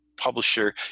publisher